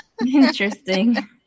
interesting